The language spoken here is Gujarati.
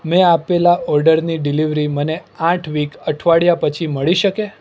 મેં આપેલા ઓર્ડરની ડિલિવરી મને આઠ વીક અઠવાડિયા પછી મળી શકશે